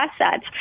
assets